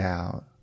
out